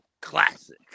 Classic